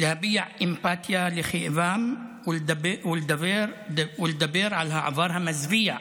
להביע אמפתיה לכאבם ולדבר על העבר המזוויע,